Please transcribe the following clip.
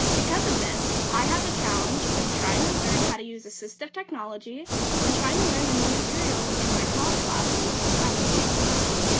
because of this, i had the challenge of trying to learn how to use assistive technology and trying to learn the new material in my college classes at the same time.